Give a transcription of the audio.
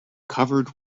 covered